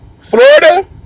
Florida